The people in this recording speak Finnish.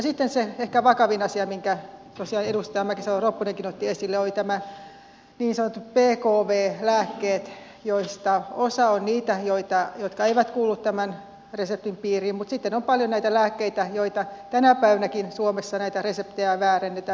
sitten se ehkä vakavin asia minkä tosiaan edustaja mäkisalo ropponenkin otti esille ovat nämä niin sanotut pkv lääkkeet joista osa on niitä jotka eivät kuulu tämän reseptin piiriin mutta sitten on paljon näitä lääkkeitä joiden reseptejä tänä päivänäkin suomessa väärennetään